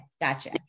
gotcha